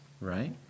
right